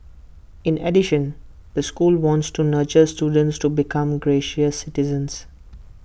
in addition the school wants to nurture students to become gracious citizens